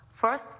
First